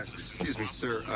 excuse me, sir.